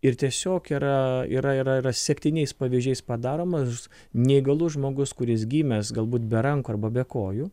ir tiesiog yra yra yra septyniais pavyzdžiais padaromas neįgalus žmogus kuris gimęs galbūt be rankų arba be kojų